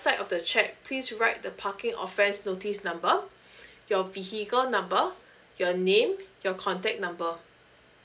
side of the cheque please write the parking offence notice number your vehicle number your name your contact number